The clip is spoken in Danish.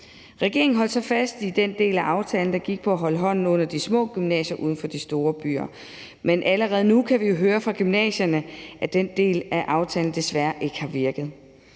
Regeringen holdt så fast i den del af aftalen, der gik på at holde hånden under de små gymnasier uden for de store byer, men allerede nu kan vi jo høre fra gymnasierne, at den del af aftalen desværre ikke har virket.